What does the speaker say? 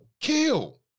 kill